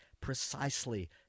precisely